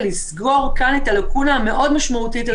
ולסגור כאן את הלקונה המאוד-משמעותית הזאת.